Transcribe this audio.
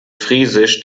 friesisch